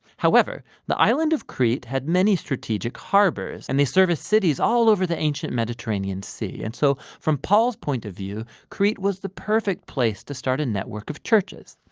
however, the island of crete had many strategic harbors. and they serviced cities all over the ancient mediterranean sea. and so from paul's point of view, crete was the perfect place to start a network of churches.